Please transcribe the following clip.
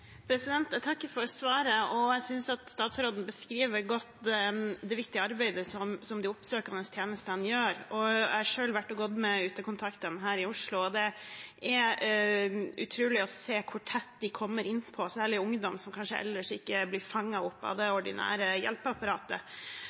Jeg takker for svaret, og jeg synes at statsråden beskriver godt det viktige arbeidet som de oppsøkende tjenestene gjør. Jeg har selv vært og gått med utekontaktene her i Oslo, og det er utrolig å se hvor tett de kommer inn på særlig ungdom som kanskje ikke ellers blir fanget opp av det ordinære hjelpeapparatet.